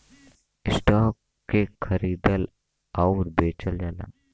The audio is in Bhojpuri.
स्टॉक के खरीदल आउर बेचल जाला